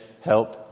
Help